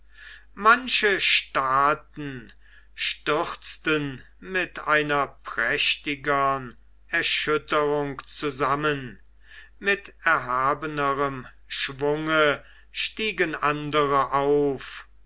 manche staaten stürzten mit einer prächtigern erschütterung zusammen mit erhabenerm schwunge stiegen andere auf